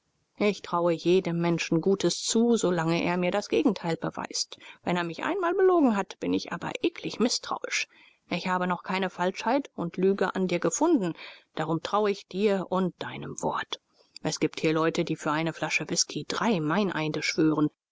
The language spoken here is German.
ich traue jedem menschen gutes zu solange bis er mir das gegenteil beweist wenn er mich einmal belogen hat bin ich aber eklig mißtrauisch ich habe noch keine falschheit und lüge an dir gefunden darum traue ich dir und deinem wort es gibt hier leute die für eine flasche whisky drei meineide schwören